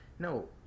No